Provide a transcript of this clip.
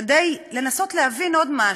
כדי לנסות להבין עוד משהו,